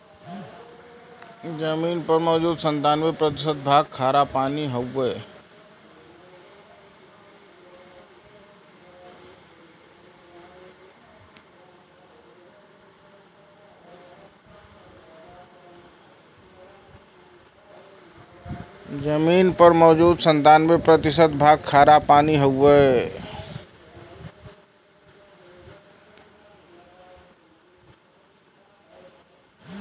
जमीन पर मौजूद सत्तानबे प्रतिशत भाग खारापानी हउवे